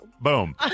Boom